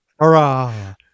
Hurrah